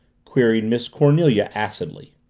queried miss cornelia acidly.